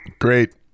Great